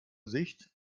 sicht